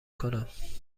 کنم